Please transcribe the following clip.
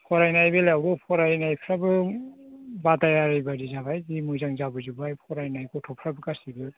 फरायनाय बेलायावबो फरायनायफोराबो बादायारि बायदि जाबाय जि मोजां जाबोजोबबाय फरायनाय गथ'फ्राबो गासैबो